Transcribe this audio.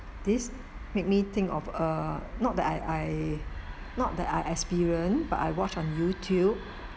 this made me think of uh not that I I not that I experience but I watch on YouTube